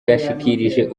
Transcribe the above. yashyikirije